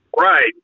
Right